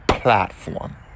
platform